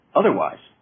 otherwise